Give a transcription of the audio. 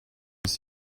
ist